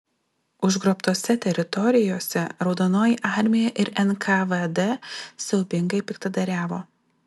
užgrobtose teritorijose raudonoji armija ir nkvd siaubingai piktadariavo